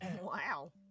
Wow